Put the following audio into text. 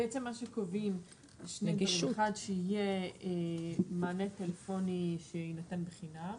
בעצם מה שקובעים שיהיה מענה טלפוני שיינתן בחינם.